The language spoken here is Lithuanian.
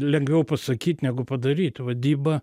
lengviau pasakyt negu padaryt vadyba